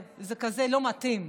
זה כזה לא מתאים.